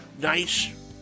nice